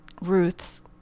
Ruth's